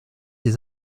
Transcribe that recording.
des